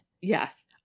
Yes